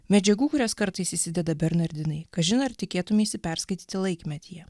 medžiagų kurias kartais įsideda bernardinai kažin ar tikėtumeisi perskaityti laikmetyje